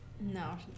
no